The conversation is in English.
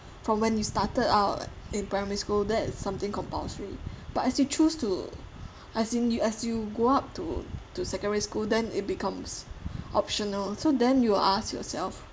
from when you started out in primary school that is something compulsory but as you choose to as in you as you go up to to secondary school then it becomes optional so then you ask yourself